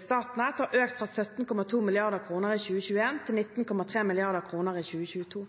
Statnett, har økt fra 17,2 mrd. kr i 2021 til 19,3 mrd. kr i 2022.